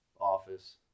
office